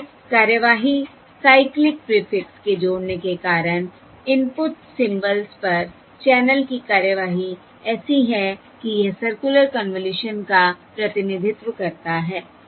इसलिए कार्यवाही cyclic prefix के जोड़ने के कारण इनपुट सिंबल्स पर चैनल की कार्यवाही ऐसी है कि यह सर्कुलर कन्वॉल्यूशन का प्रतिनिधित्व करता है